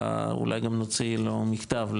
אולי גם נוציא לו מכתב,